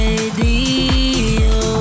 Radio